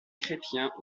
chrétien